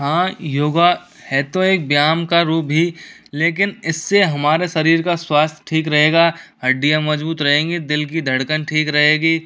हाँ योग है तो एक व्यायाम का रूप ही लेकिन इससे हमारे शरीर का स्वास्थ्य ठीक रहेगा हड्डियाँ मजबूत रहेंगी दिल की धड़कन ठीक रहेगी